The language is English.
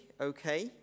okay